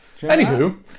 anywho